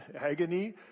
agony